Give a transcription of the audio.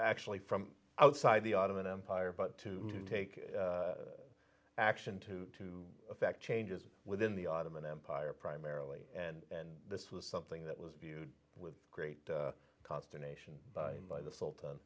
actually from outside the ottoman empire but to take action to effect changes within the ottoman empire primarily and this was something that was viewed with great consternation by the sultan